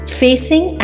facing